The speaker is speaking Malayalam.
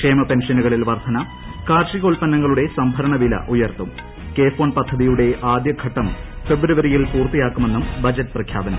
ക്ഷേമ പെൻഷനുകളിൽ വർധന കാർഷികോല്പന്നങ്ങളുടെ സംഭരണ വില ഉയർത്തും കെ ഫോൺ പദ്ധതിയുടെ ആദ്യ ഘട്ടം ഫെബ്രുവരിയിൽ പൂർത്തിയാക്കുമെന്നും ബജറ്റ് പ്രപഖ്യാപനം